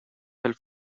pel